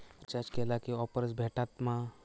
Recharge केला की offers भेटात मा?